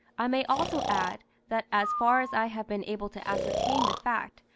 i may also add, that as far as i have been able to ascertain the fact,